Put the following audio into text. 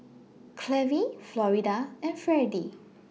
Clevie Florida and Fredie